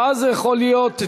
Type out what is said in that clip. ואז יכול להיות,